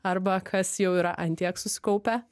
arba kas jau yra ant tiek susikaupę